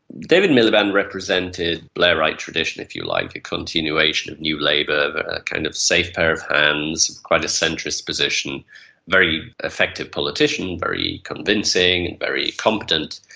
david miliband represented blairite tradition, if you like, a continuation of new labour, a kind of safe pair of hands, quite a centrist very effective politician, very convincing and very competent,